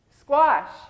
squash